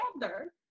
together